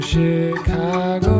Chicago